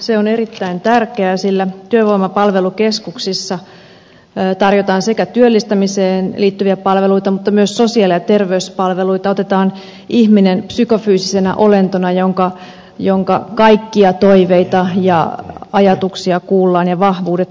se on erittäin tärkeää sillä työvoimapalvelukeskuksissa tarjotaan työllistämiseen liittyviä palveluita mutta myös sosiaali ja terveyspalveluita otetaan ihminen psykofyysisenä olentona jonka kaikkia toiveita ja ajatuksia kuullaan ja vahvuudet huomioidaan